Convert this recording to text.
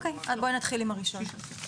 נתחיל עם הראשון.